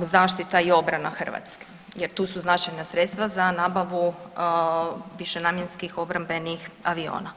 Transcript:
zaštita i obrana Hrvatske, jer tu su značajna sredstva za nabavu višenamjenskih obrambenih aviona.